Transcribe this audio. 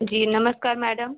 जी नमस्कार मैडम